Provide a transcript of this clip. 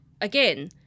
again